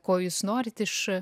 ko jūs norite iš